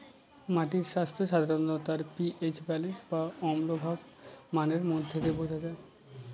মাটির স্বাস্থ্য সাধারনত তার পি.এইচ ব্যালেন্স বা অম্লভাব মানের মধ্যে দিয়ে বোঝা যায়